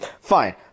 Fine